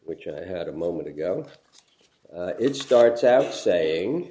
which i had a moment ago it starts out saying